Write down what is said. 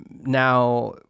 now